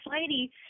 lady